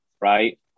right